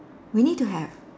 we need to have